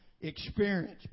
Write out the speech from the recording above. experience